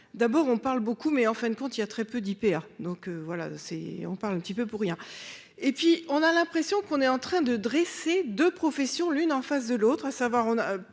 d'abord, on parle beaucoup mais en fin de compte il y a très peu d'IPA donc voilà c'est on parle un petit peu pour rien et puis on a l'impression qu'on est en train de dresser de profession, l'une en face de l'autre, à savoir